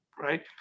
right